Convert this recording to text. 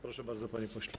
Proszę bardzo, panie pośle.